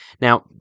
Now